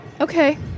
Okay